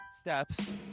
steps